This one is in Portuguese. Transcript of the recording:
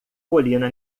colina